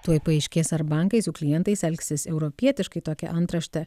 tuoj paaiškės ar bankai su klientais elgsis europietiškai tokią antraštę